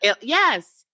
yes